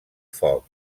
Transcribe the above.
foc